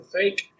fake